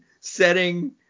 setting